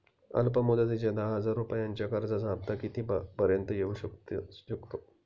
अल्प मुदतीच्या दहा हजार रुपयांच्या कर्जाचा हफ्ता किती पर्यंत येवू शकतो?